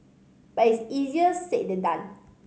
but it is easier said than done